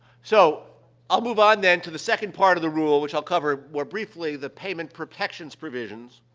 so i'll move on, then, to the second part of the rule, which i'll cover more briefly the payment protections provisions.